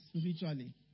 spiritually